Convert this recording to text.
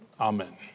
Amen